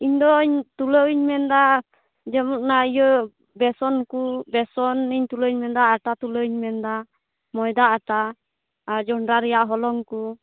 ᱤᱧᱫᱚᱧ ᱛᱩᱞᱟᱹᱣ ᱤᱧ ᱢᱮᱱ ᱮᱫᱟ ᱡᱮᱢᱚᱱ ᱚᱱᱟ ᱤᱭᱟᱹ ᱵᱮᱥᱚᱱ ᱠᱚ ᱵᱮᱥᱚᱱᱤᱧ ᱛᱩᱞᱟᱹᱣ ᱤᱧ ᱢᱮᱱ ᱮᱫᱟ ᱟᱴᱟ ᱛᱩᱞᱟᱹᱣ ᱤᱧ ᱢᱮᱱ ᱮᱫᱟ ᱢᱚᱭᱫᱟ ᱟᱴᱟ ᱟᱨ ᱡᱚᱸᱰᱨᱟ ᱨᱮᱭᱟᱜ ᱦᱚᱞᱚᱝ ᱠᱚ